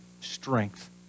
strength